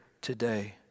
today